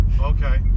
Okay